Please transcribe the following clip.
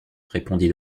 répondit